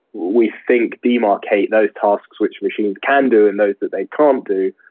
we think demarcate those tasks, which machines can do and those that they can't do.